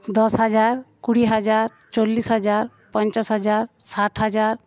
দশ হাজার কুড়ি হাজার চল্লিশ হাজার পঞ্চাশ হাজার ষাট হাজার